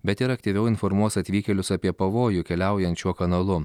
bet ir aktyviau informuos atvykėlius apie pavojų keliaujant šiuo kanalu